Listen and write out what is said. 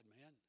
man